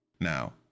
now